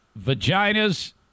vaginas